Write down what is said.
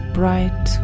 bright